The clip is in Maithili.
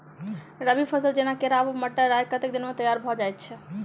रबी फसल जेना केराव, मटर, राय कतेक दिन मे तैयार भँ जाइत अछि?